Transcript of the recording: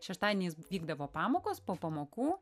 šeštadieniais vykdavo pamokos po pamokų